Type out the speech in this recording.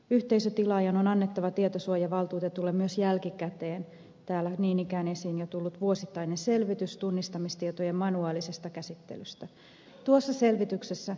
yhteisötilaajan on annettava tietosuojavaltuutetulle myös jälkikäteen täällä niin ikään jo esiin tullut vuosittainen selvitys tunnistamistietojen manuaalisesta käsittelystä